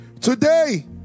Today